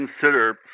consider